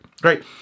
Great